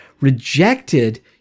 rejected